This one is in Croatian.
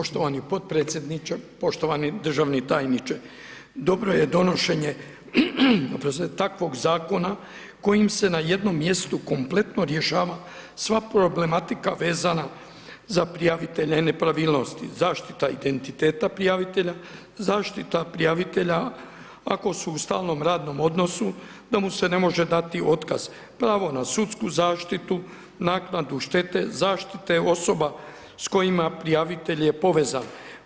Poštovani podpredsjedniče, poštovani državni tajniče, dobro je donošenje, oprostite, takvog zakona kojim se na jednom mjestu kompletno rješava sva problematika vezana za prijavitelja nepravilnosti, zaštita identiteta prijavitelja, zaštita prijavitelja ako su u stalnom radnom odnosu da mu se ne može dati otkaz, pravo na sudsku zaštitu, naknadu štete, zaštite osoba s kojima prijavitelj je povezan.